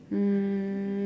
um